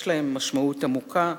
יש להם משמעות עמוקה,